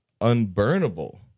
unburnable